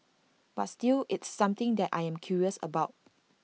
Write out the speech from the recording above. but still it's something that I am curious about